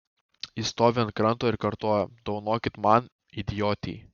ji stovi ant kranto ir kartoja dovanokit man idiotei